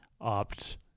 opt